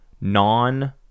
non